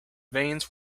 veins